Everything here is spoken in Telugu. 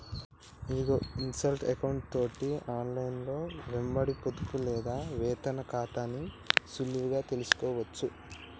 ఇదిగో ఇన్షాల్టీ ఎకౌంటు తోటి ఆన్లైన్లో వెంబడి పొదుపు లేదా వేతన ఖాతాని సులువుగా తెలుసుకోవచ్చు